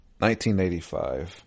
1985